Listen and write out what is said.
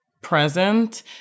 present